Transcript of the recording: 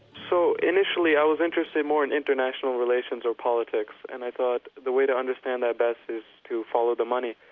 so initially i was interested more in international relations and politics, and i thought the way to understand that best is to follow the money.